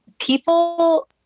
people